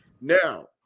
Now